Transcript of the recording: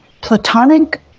platonic